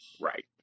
Right